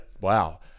Wow